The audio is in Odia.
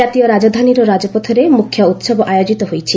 ଜାତୀୟ ରାଜଧାନୀର ରାଜପଥରେ ମ୍ରଖ୍ୟ ଉତ୍ସବ ଆୟୋଜିତ ହୋଇଛି